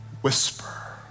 whisper